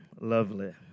lovely